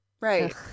right